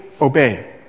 obey